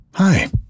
Hi